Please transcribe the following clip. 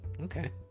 Okay